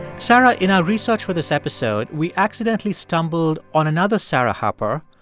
sarah, in our research for this episode, we accidentally stumbled on another sarah harper,